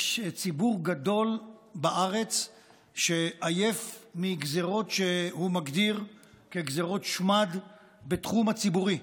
יש ציבור גדול בארץ שעייף מגזרות שהוא מגדיר כגזרות שמד בתחום הציבורי,